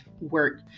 work